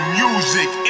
music